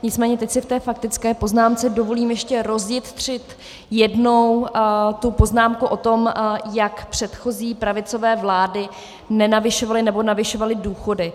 Nicméně teď si v té faktické poznámce dovolím ještě rozjitřit jednou tu poznámku o tom, jak předchozí pravicové vlády nenavyšovaly nebo navyšovaly důchody.